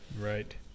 Right